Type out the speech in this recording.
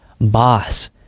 boss